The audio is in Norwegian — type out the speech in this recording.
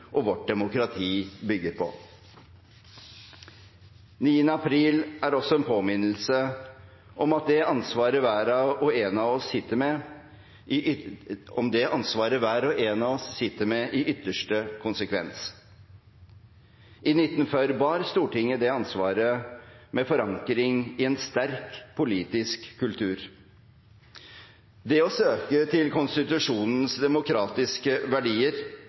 og vårt demokrati bygger på. 9. april er også en påminnelse om det ansvaret hver og en av oss sitter med, i ytterste konsekvens. I 1940 bar Stortinget det ansvaret, med forankring i en sterk politisk kultur. Det å søke til konstitusjonens demokratiske verdier